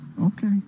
Okay